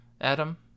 Adam